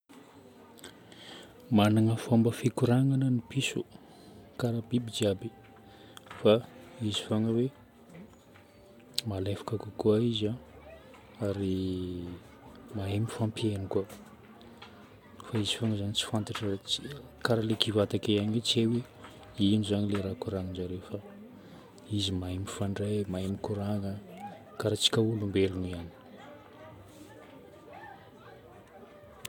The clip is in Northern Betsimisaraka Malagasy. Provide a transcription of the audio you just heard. Magnana fomba fikoragnana ny piso. Karaha biby jiaby. Fa izy fôgna hoe malefaka kokoa izy ary mahay mifampihaino koa. Fa izy fôgna zagny tsy fantatra hoe tsy- karaha kiva takeo ihany tsy hay hoe ino zagny ilay raha koragnin-jareo fa izy mahay mifandray, mahay mikoragna karaha antsika olombelogno ihany.